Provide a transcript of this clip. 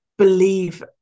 believe